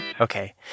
Okay